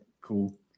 cool